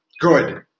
good –